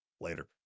later